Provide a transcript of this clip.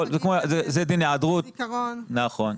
נכון.